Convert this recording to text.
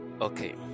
okay